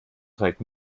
trägt